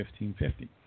1550